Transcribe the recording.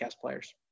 players